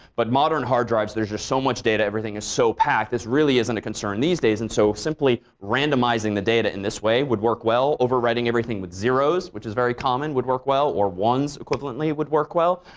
but modern hard drives, there's just so much data, everything is so packed, this really isn't a concern these days. and so simply randomizing the data in this way would work well. overwriting everything with zeros, which is very common, would work well. or ones, equivalently, would work well.